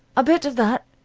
a bit of that,